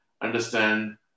understand